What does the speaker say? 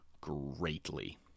greatly